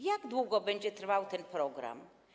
Jak długo będzie trwał ten program?